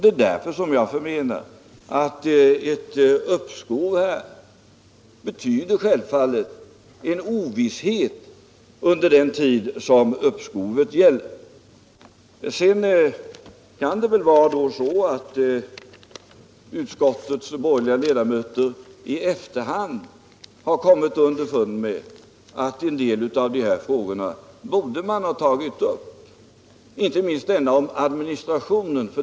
Det är därför jag anser att ett uppskov medför en ovisshet under den tid som uppskovet gäller. Det kan naturligtvis vara så att utskottets borgerliga ledamöter i efterhand kommit underfund med att man borde ha tagit upp en del av dessa frågor, inte minst denna om administrationen.